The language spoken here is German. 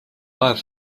war